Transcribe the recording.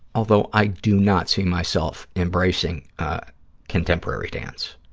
although i do not see myself embracing contemporary dance.